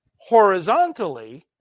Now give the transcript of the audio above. horizontally